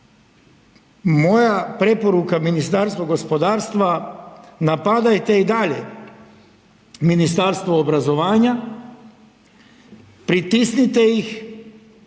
moja preporuka Ministarstvu gospodarstva napadajte i dalje Ministarstvo obrazovanja, pritisnite ih,